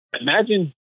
Imagine